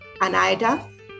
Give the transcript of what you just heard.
Anaida